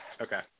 Okay